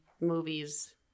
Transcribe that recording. movies